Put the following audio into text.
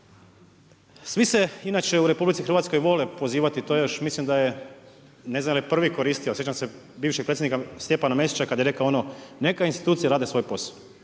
Svi se inače u RH vole pozivati, to još mislim da je ne znam jeli prvi koristio, sjećam se bivšeg Predsjednika Stjepana Mesića, kad je rekao ono neka „institucije rade svoj posao“.